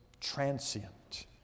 transient